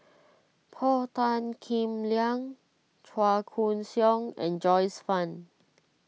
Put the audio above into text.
Paul Tan Kim Liang Chua Koon Siong and Joyce Fan